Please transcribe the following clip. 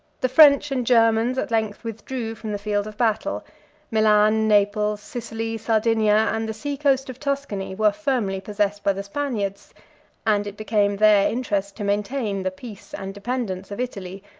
the french and germans at length withdrew from the field of battle milan, naples, sicily, sardinia, and the sea-coast of tuscany, were firmly possessed by the spaniards and it became their interest to maintain the peace and dependence of italy,